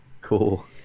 cool